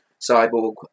Cyborg